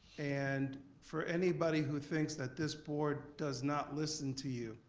and for anybody who thinks that this board does not listen to you,